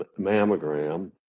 mammogram